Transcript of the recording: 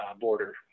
border